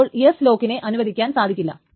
അപ്പോൾ S ലോക്കിനെ അനുവദിക്കാൻ സാധിക്കില്ല